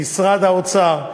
ממשרד האוצר,